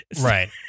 Right